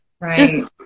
Right